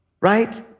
right